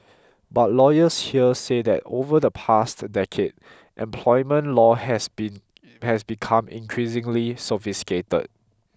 but lawyers here say that over the past decade employment law has become increasingly sophisticated